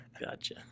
Gotcha